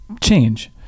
change